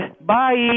Bye